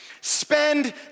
Spend